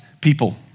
people